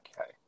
okay